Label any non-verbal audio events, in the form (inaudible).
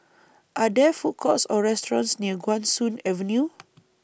Are There Food Courts Or restaurants near Guan Soon Avenue (noise)